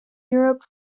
europe